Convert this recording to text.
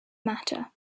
matter